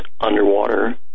underwater